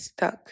Stuck